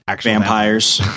vampires